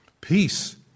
Peace